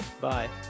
Bye